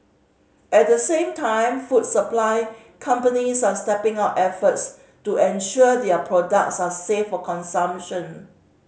at the same time food supply companies are stepping up efforts to ensure their products are safe for consumption